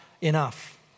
enough